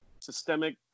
systemic